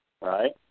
Right